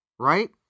Right